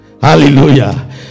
hallelujah